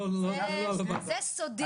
זה סודי.